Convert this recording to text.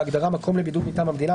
בהגדרה "מקום לבידוד מטעם המדינה",